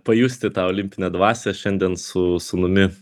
pajusti tą olimpinę dvasią šiandien su sūnumi